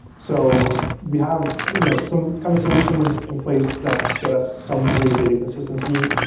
so we have you know some kind of solutions in place that get us some degree of data consistency.